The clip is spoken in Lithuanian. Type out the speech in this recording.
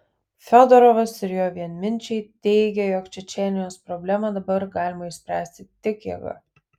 fiodorovas ir jo vienminčiai teigia jog čečėnijos problemą dabar galima išspręsti tik jėga